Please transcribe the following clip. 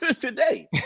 today